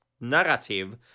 narrative